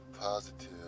positive